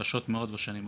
קשות מאד בשנים האחרונות,